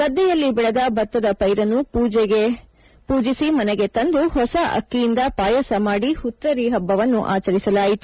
ಗದ್ದೆಯಲ್ಲಿ ಬೆಳೆದ ಭತ್ತದ ಪೈರನ್ನು ಪೂಜಿಸಿ ಮನೆಗೆ ತಂದು ಹೊಸ ಅಕ್ಕಿಯಿಂದ ಪಾಯಸ ಮಾದಿ ಹುತ್ತರಿ ಹಬ್ಬವನ್ನು ಆಚರಿಸಲಾಗುತ್ತದೆ